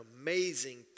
amazing